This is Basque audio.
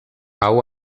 hau